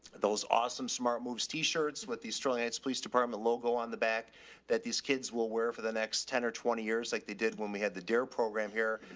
those awesome smart moves, tee shirts with the sterling heights police department logo on the back that these kids will wear for the next ten or twenty years like they did when we had the dare program here.